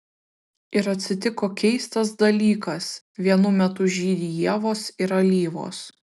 ir atsitiko keistas dalykas vienu metu žydi ievos ir alyvos